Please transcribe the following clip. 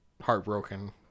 heartbroken